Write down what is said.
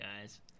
guys